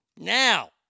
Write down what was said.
Now